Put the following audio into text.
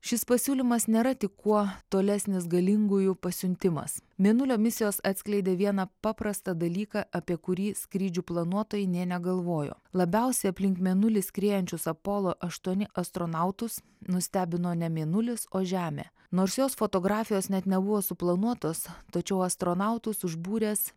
šis pasiūlymas nėra tik kuo tolesnis galingųjų pasiuntimas mėnulio misijos atskleidė vieną paprastą dalyką apie kurį skrydžių planuotojai nė negalvojo labiausiai aplink mėnulį skriejančius apollo aštuoni astronautus nustebino ne mėnulis o žemė nors jos fotografijos net nebuvo suplanuotos tačiau astronautus užbūręs